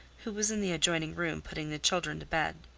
who was in the adjoining room putting the children to bed.